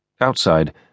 Outside